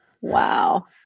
Wow